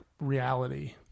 reality